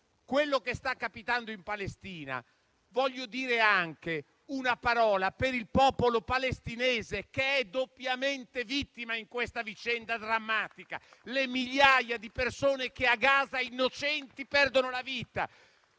quello che sta capitando in Palestina, voglio dire una parola anche per il popolo palestinese, che è doppiamente vittima in questa vicenda drammatica. Le migliaia di persone che a Gaza innocenti perdono la vita: